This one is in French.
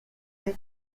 plus